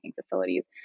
facilities